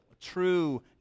true